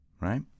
right